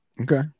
okay